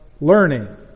learning